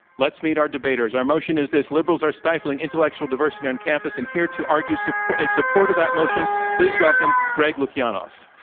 let's meet our debaters. our motion is this, liberals are stifling intellectual diversity on campus, and here to argue in support of that motion, please welcome greg lukianoff.